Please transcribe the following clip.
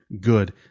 good